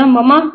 Mama